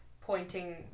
pointing